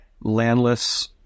landless